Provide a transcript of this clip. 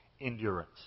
Endurance